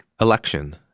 Election